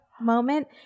moment